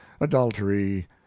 adultery